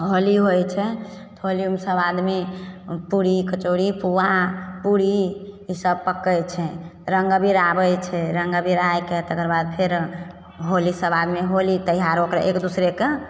होली होइ छै होलीमे सब आदमी पूड़ी कचौड़ी पूआ पूड़ी ई सब पकइ छै रङ्गअबीर आबय छै रङ्गअबीर आके तकरबाद फेर होली सब आदमी होली त्योहारो एक दुसरेके